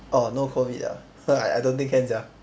orh no COVID ah I don't think can sia